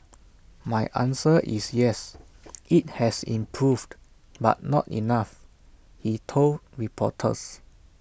my answer is yes IT has improved but not enough he told reporters